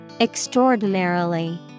Extraordinarily